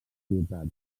ciutat